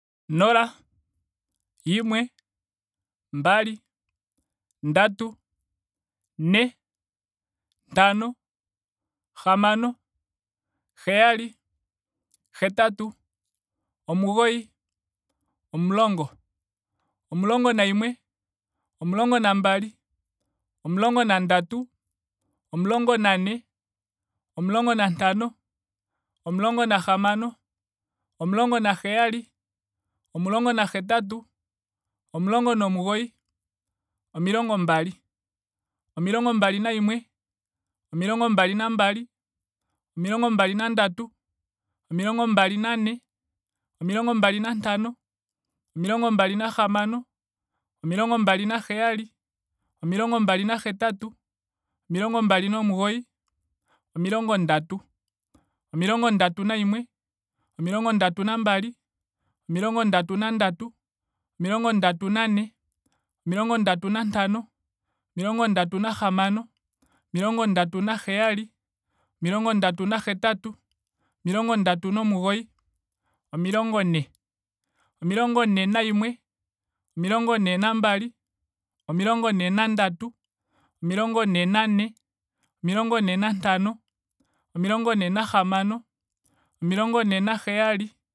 Nola. yimwe. mbali. ndatu. ne ntano. hamano. heyali. hetatu. omugoyi. omulongo. omulongo nayimwe. omulingo nambali. omulongo na ndatu. omulongo nane. omulongo nantano. omulongo nahamano. omulongo naheyali. omulongo na hetatu. omulongo nomugoyi. omilongo mbali. omilongo mbali nayimwe. omilongo mbali na mbali. omilongo mbali nandatu. omilongo mbali na ne. omilongo mbali nantano. omilongo mbali nahamano. omilongo mbali na heyali. omilongo mbali na hetatu. omilongo mbali nomugoyi. omilongo ndatu. omilongo ndatu nayimwe. omilongo ndatu nambali. omilongo ndatu na ndatu. omilongo ndatu na ne. omilongo ndatu nantano. omilongo nahamano. omilongo ndatu na heyali. omilongo ndatu na hetatu. omilongo ndatu nomugoyi. omilongo ne. omilongo ne nayimwe. omilongo ne nambali. omilongo ne nandatu. omilongo ne nane. omilongo ne nantano. omilongo ne nahamano. omilongo ne naheyali